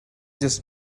just